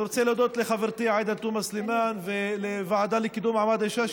אני רוצה להודות לחברתי עאידה תומא סלימאן ולוועדה לקידום מעמד האישה,